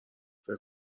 فکر